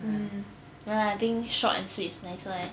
mm no lah I think short answer it's nice leh